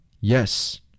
Yes